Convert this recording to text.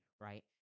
right